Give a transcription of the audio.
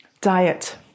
diet